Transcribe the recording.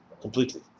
completely